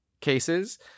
cases